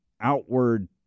outward